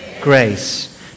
Grace